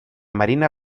marina